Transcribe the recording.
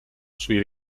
suo